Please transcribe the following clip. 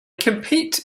compete